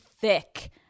thick